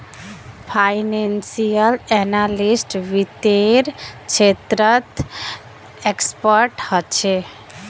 financial analyst वित्त्तेर क्षेत्रत expert ह छे